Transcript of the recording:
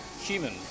human